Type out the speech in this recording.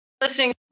listening